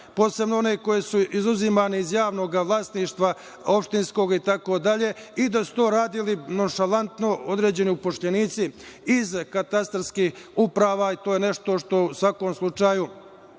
posebno one koje su izuzimane iz javnog vlasništva, opštinskog, itd. To su radili nonšalantno određeni upošljenici iz katastarskih uprava i to je nešto što bi, u svakom slučaju,